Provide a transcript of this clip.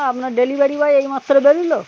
আপনার delivery boy এইমাত্র বেরলো